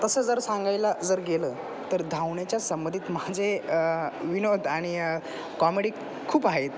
तसं जर सांगायला जर गेलं तर धावण्याच्या संबंधित माझे विनोद आणि कॉमेडी खूप आहेत